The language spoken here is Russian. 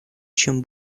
чем